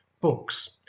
books